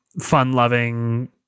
fun-loving